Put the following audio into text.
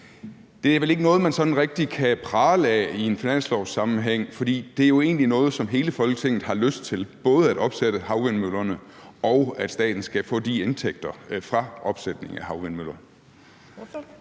Det er vel ikke noget, man sådan rigtig kan prale af i en finanslovsammenhæng, fordi det jo egentlig er noget, som hele Folketinget har lyst til: både at opsætte havvindmøllerne, og at staten skal få de indtægter fra opsætning af havvindmøller.